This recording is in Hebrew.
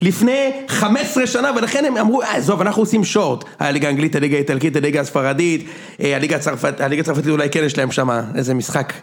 לפני 15 שנה, ולכן הם אמרו, עזוב, אנחנו עושים שורט. הליגה האנגלית, הליגה האיטלקית, הליגה הספרדית, הליגה הצרפתית, אולי כן יש להם שם איזה משחק.